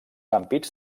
ampits